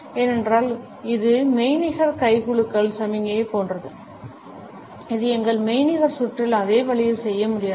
ஏனென்றால் இது மெய்நிகர் கைகுலுக்குதல் சமிக்ஞை போன்றது இது எங்கள் மெய்நிகர் சுற்றில் அதே வழியில் செய்ய முடியாது